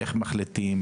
איך מחליטים,